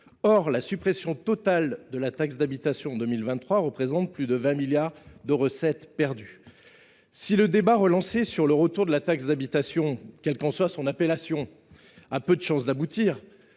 Or la suppression totale de la taxe d’habitation en 2023 représente plus de 20 milliards de recettes perdues. Si le débat – relancé… – sur un retour de la taxe d’habitation, quelle qu’en soit l’appellation, a peu de chances d’aboutir,